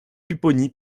pupponi